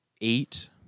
Eight